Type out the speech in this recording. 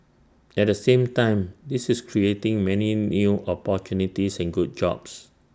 at the same time this is creating many new opportunities and good jobs